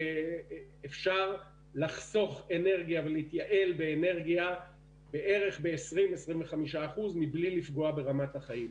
אפשר להתייעל באנרגיה בערך בין 20% ל-25% מבלי לפגוע ברמת החיים.